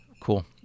Cool